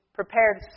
prepared